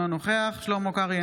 אינו נוכח שלמה קרעי,